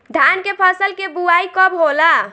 धान के फ़सल के बोआई कब होला?